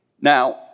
Now